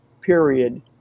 period